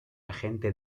agente